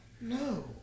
No